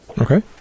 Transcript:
Okay